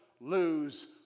lose